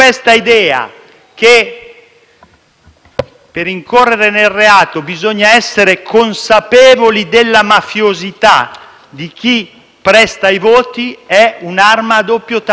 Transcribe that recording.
per incorrere nel reato bisogna essere consapevoli della mafiosità di chi presta i voti è un'arma a doppio taglio. Come si fa